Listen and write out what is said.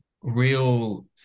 real